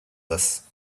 this